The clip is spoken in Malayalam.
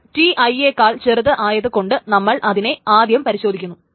അത് Ti യെക്കാൾ ചെറുത് ആയതു കൊണ്ട് നമ്മൾ അതിനെ ആദ്യം പരിശോധിക്കുന്നു